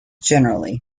generally